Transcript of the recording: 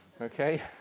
Okay